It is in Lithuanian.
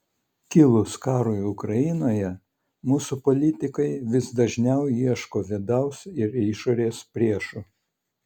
kilus karui ukrainoje mūsų politikai vis dažniau ieško vidaus ir išorės priešų